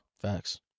Facts